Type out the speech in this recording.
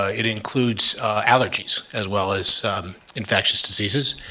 ah it includes allergies as well as infectious diseases.